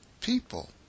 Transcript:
People